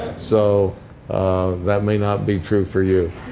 so that may not be true for you.